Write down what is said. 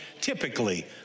typically